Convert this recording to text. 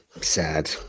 Sad